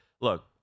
look